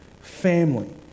family